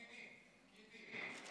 פקידים, פקידים.